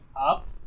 up